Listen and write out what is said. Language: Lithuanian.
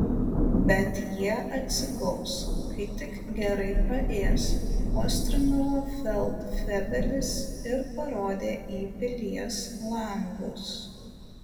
bet jie atsigaus kai tik gerai paės postringavo feldfebelis ir parodė į pilies langus